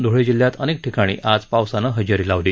धुळे जिल्ह्यात अनेक ठिकाणी आज पावसानं हजेरी लावली